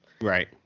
Right